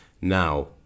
Now